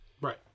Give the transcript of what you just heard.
right